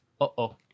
Uh-oh